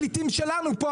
הפליטים שלנו פה,